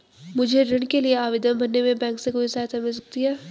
मुझे ऋण के लिए आवेदन भरने में बैंक से कोई सहायता मिल सकती है?